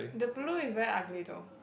the blue is very ugly though